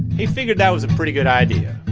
he figured that was a pretty good idea